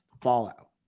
Fallout